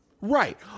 right